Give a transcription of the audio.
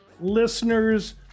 listeners